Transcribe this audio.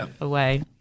away